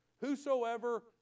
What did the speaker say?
Whosoever